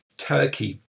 Turkey